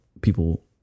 People